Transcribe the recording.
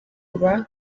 baba